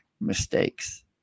mistakes